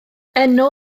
enw